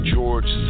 George